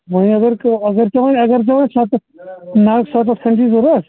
وۄنۍ اگر ژےٚ اگر ژےٚ وۅنۍ اگر ژےٚ أسۍ شیٖتھٕ مان سَتتھ آسی ضروٗرت